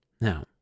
Now